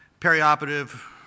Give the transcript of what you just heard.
perioperative